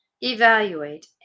evaluate